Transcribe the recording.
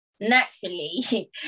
naturally